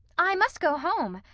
i must go home,